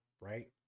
right